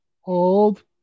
Hold